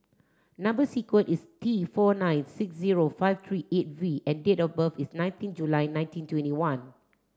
number sequence is T four nine six zero five three eight V and date of birth is nineteen July nineteen twenty one